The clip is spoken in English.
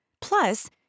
Plus